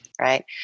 right